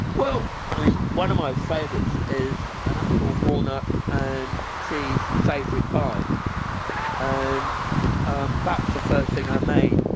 well, i mean, one of my favourites is an apple walnut and cheese savoury pie and um that's the first thing i made.